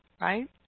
right